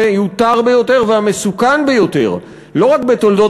המיותר ביותר והמסוכן ביותר לא רק בתולדות